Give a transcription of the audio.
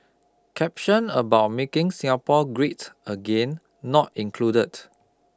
caption about making Singapore great again not included